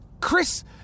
Chris